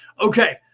Okay